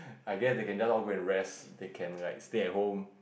I guess they can just all go and rest they can like stay at home